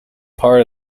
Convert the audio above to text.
part